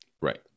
right